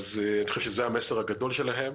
אני חושב שזה המסר הגדול שלהם,